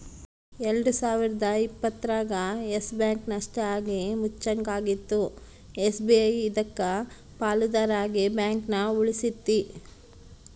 ಎಲ್ಡು ಸಾವಿರದ ಇಪ್ಪತ್ತರಾಗ ಯಸ್ ಬ್ಯಾಂಕ್ ನಷ್ಟ ಆಗಿ ಮುಚ್ಚಂಗಾಗಿತ್ತು ಎಸ್.ಬಿ.ಐ ಇದಕ್ಕ ಪಾಲುದಾರ ಆಗಿ ಬ್ಯಾಂಕನ ಉಳಿಸ್ತಿ